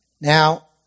Now